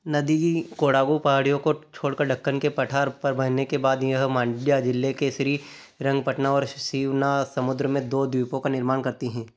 नदी की कोडागो पहाड़ियों को छोड़कर ढक्कन के पठार पर बहने के बाद यह मांड्या ज़िले के श्री रंगपटना और शिवना समुद्र में दो द्वीपों का निर्माण करती है